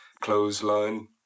clothesline